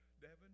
Devin